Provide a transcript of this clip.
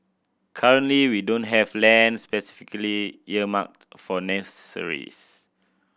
currently we don't have land specifically earmarked for nurseries